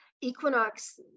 Equinox